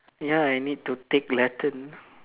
ya I need to take Latin